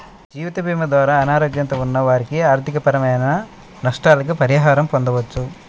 జీవితభీమా ద్వారా అనారోగ్యంతో ఉన్న వారి ఆర్థికపరమైన నష్టాలకు పరిహారం పొందవచ్చు